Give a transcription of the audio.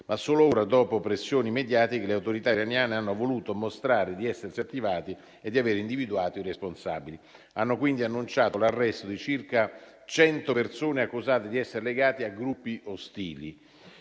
ma solo ora, dopo pressioni mediatiche, le autorità iraniane hanno voluto mostrare di essersi attivate e di aver individuato i responsabili: hanno quindi annunciato l'arresto di circa cento persone accusate di essere legate a gruppi ostili.